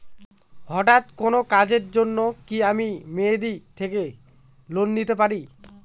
হঠাৎ কোন কাজের জন্য কি আমি মেয়াদী থেকে ঋণ নিতে পারি?